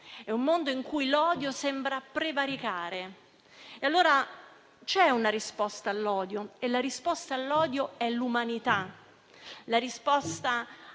è un mondo in cui l'odio sembra prevaricare. Allora, c'è una risposta all'odio e la risposta all'odio è l'umanità. La risposta